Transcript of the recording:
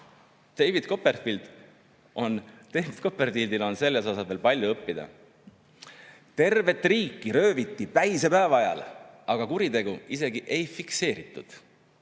David Copperfieldil on selles osas veel palju õppida. Tervet riiki rööviti päise päeva ajal, aga kuritegu isegi ei fikseeritud.